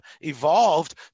evolved